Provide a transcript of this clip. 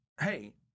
hey